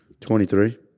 23